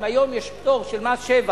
אם היום יש פטור של מס שבח